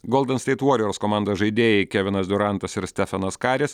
golden state warriors komandos žaidėjai kevinas diurantas ir stefanas karis